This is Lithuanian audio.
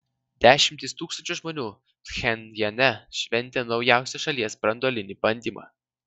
dešimtys tūkstančių žmonių pchenjane šventė naujausią šalies branduolinį bandymą